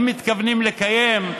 אם מתכוונים לקיים,